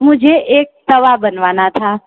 मुझे एक तवा बनवाना था